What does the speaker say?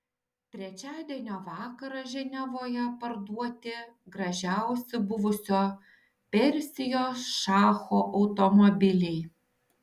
trečiadienio vakarą ženevoje parduoti gražiausi buvusio persijos šacho automobiliai